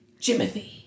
Jimothy